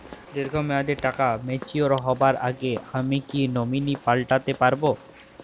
দীর্ঘ মেয়াদি টাকা ম্যাচিউর হবার আগে আমি কি নমিনি পাল্টা তে পারি?